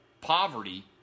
poverty